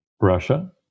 Russia